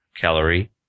calorie